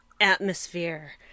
atmosphere